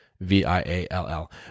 V-I-A-L-L